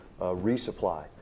resupply